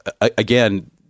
again